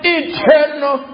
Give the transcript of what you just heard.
eternal